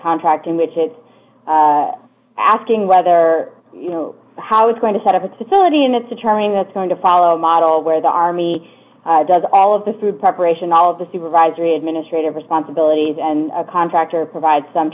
contract in which it's asking whether you know how it's going to set up a facility and it's a trend that's going to follow a model where the army does all of the food preparation all of the supervisory administrative responsibilities and a contractor provide some